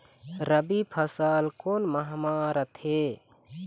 रबी फसल कोन माह म रथे?